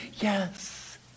Yes